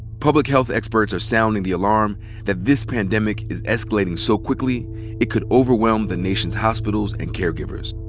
public health experts are sounding the alarm that this pandemic is escalating so quickly it could overwhelm the nation's hospitals and caregivers.